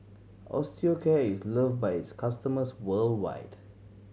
Osteocare is loved by its customers worldwide